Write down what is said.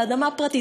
על אדמה פרטית,